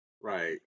right